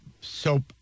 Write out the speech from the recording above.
soap